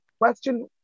question